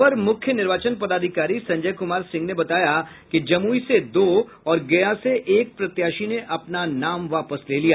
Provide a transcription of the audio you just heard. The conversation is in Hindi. अपर मुख्य निर्वाचन पदाधिकारी संजय कुमार सिंह ने बताया कि जमुई से दो और गया से एक प्रत्याशी ने अपना नाम वापस ले लिया